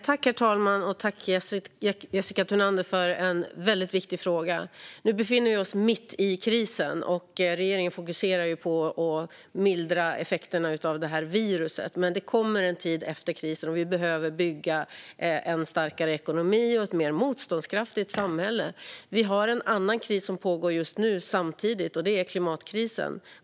Herr talman! Tack, Jessica Thunander, för en väldigt viktig fråga! Nu befinner vi oss mitt i krisen, och regeringen fokuserar på att mildra effekterna av viruset. Men det kommer en tid efter krisen då vi behöver bygga en starkare ekonomi och ett mer motståndskraftigt samhälle. Vi har en annan kris som pågår samtidigt, och det är klimatkrisen.